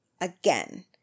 Again